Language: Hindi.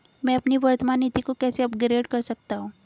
मैं अपनी वर्तमान नीति को कैसे अपग्रेड कर सकता हूँ?